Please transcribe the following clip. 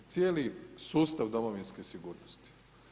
Cijeli sustav domovinske sigurnosti.